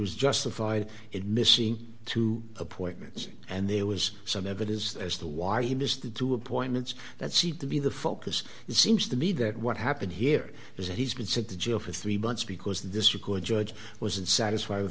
was justified it missing two appointments and there was some evidence as to why he missed the two appointments that seemed to be the focus it seems to me that what happened here is that he's been sent to jail for three months because this record judge was unsatisfied with